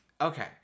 okay